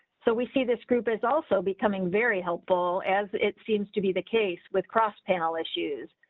so, we see this group is also becoming very helpful as it seems to be the case with cross panel issues,